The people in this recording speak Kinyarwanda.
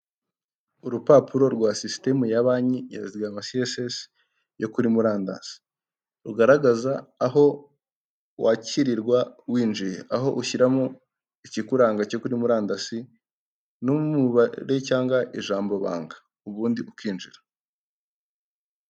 Urupapuro rwa sisitemu ya banki ,ya zigamacieses yo kuri murandasi rugaragaza aho wakirwa winjiye aho ushyiramo ikikuranga cyo kuri murandasi n'umubare cyangwa ijambo banga, ubundi ukinjira.